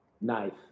Knife